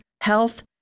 health